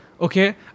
Okay